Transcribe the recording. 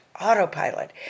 autopilot